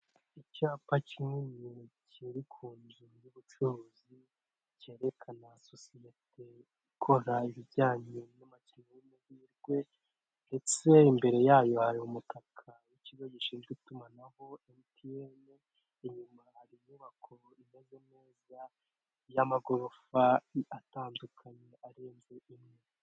Icyapa kinini kiri ku nzu y'ubucuruzi cyerekana sosiyete ikora ibijyanye n'umukino w'amahirwe ndetse. Imbere yayo hari umutaka w'ikigo gishinzwe itumanaho Emutiyene. Inyuma hari inyubako imeze neza y'amagorofa atandukanye arenze imwe.